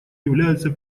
является